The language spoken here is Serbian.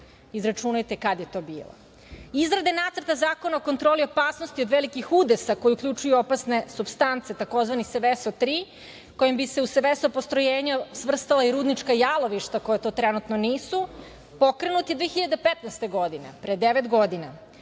Izračunajte kada je to bilo. Izrade nacrta zakona o kontroli opasnosti od velikih udesa, koji uključuju opasne supstance, tzv. SVESO3, kojim bi se u SVESO postrojenja svrstala rudnička jalovišta, koja to trenutno nisu, pokrenut je 2015. godine, pre devet godina.